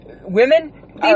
women